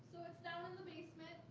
it's down in the basement.